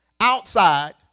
Outside